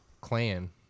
clan